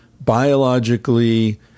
biologically